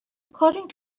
according